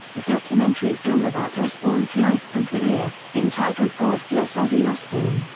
a documentary film about osbourne's life and career, entitled god bless ozzy osbourne,